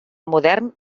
modern